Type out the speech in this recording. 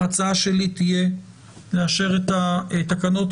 ההצעה שלי תהיה לאשר את התקנות.